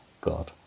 God